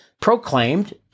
proclaimed